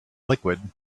liquid